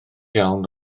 iawn